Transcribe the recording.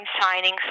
signing